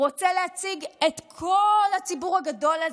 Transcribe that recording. הוא רוצה להציג את כל הציבור הגדול הזה,